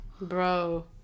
Bro